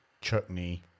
chutney